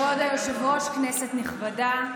כבוד היושב-ראש, כנסת נכבדה,